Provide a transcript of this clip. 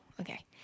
okay